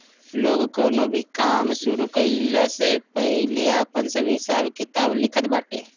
लोग कवनो भी काम शुरू कईला से पहिले आपन सब हिसाब किताब लिखत बाटे